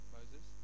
Moses